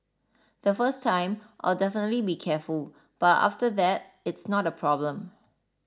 the first time I'll definitely be careful but after that it's not a problem